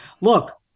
look